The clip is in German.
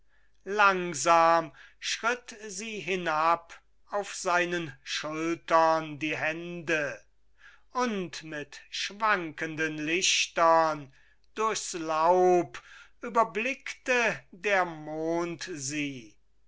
langsam schritt sie hinab auf seinen schultern die hände und mit schwankenden lichtern durchs laub überblickte der mond